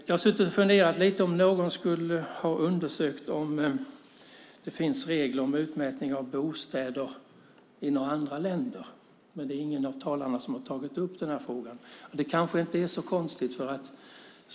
Jag har funderat lite om någon skulle ha undersökt om det finns regler om utmätning av bostäder i några andra länder. Ingen av talarna har tagit upp den frågan, och det kanske inte är konstigt.